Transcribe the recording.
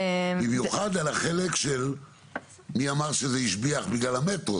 במיוחד על החלק שמי אמר שזה ישביח בגלל המטרו?